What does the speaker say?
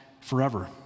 Forever